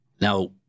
Now